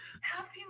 Happy